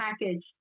package